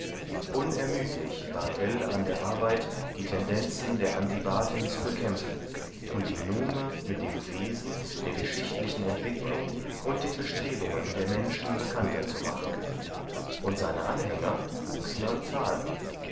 unermüdlich war ell an der arbeit die tendenzen der antibaten zu bekämpfen und die nume mit dem wesen der geschichtlichen entwicklung und den bestrebungen der menschen bekannter zu machen und seine anhänger wuchsen an zahl